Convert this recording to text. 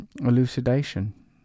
elucidation